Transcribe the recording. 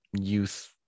youth